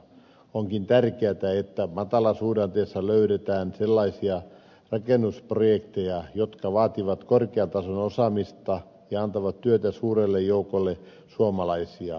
onkin tärkeätä että matalasuhdanteessa löydetään sellaisia rakennusprojekteja jotka vaativat korkeatasoista osaamista ja antavat työtä suurelle joukolle suomalaisia